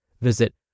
Visit